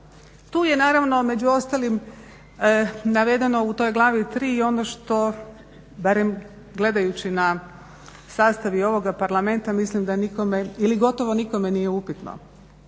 Tu je naravno među ostalim navedeno u toj glavi III. ono što, barem gledajući na sastav i ovoga Parlamenta mislim da nikome ili gotovo nikome nije upitno,